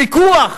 ויכוח